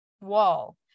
wall